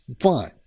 fine